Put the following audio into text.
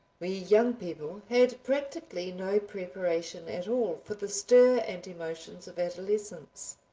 we young people had practically no preparation at all for the stir and emotions of adolescence.